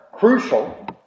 crucial